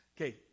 Okay